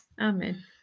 Amen